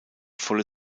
volle